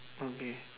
okay